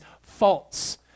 false